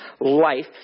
life